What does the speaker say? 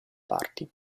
parti